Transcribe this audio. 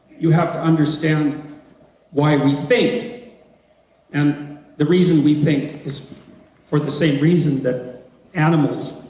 you have to understand why we think and the reason we think is for the same reason that animals,